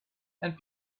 and